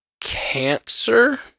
Cancer